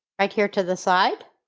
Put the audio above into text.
right here to the side.